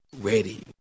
ready